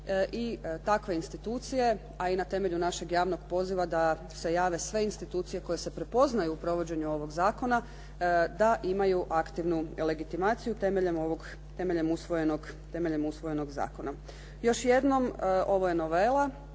I takve institucije, a i na temelju našeg javnog poziva da se jave sve institucije koje se prepoznaju u provođenju ovog zakona da imaju aktivnu legitimaciju temeljem ovog, temeljem usvojenog zakona. Još jednom ovo je novela.